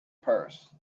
purse